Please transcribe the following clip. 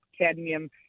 cadmium